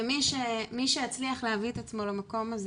ומי שיצליח להביא את עצמו למקום הזה